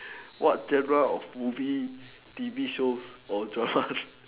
what genre of movie T_V shows or drama